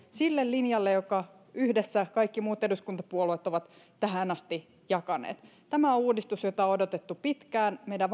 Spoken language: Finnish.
sille linjalle jonka yhdessä kaikki muut eduskuntapuolueet ovat tähän asti jakaneet tämä on uudistus jota on odotettu pitkään meidän